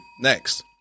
Next